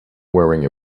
wearing